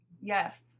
Yes